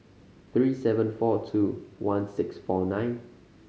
three seven four two one six four nine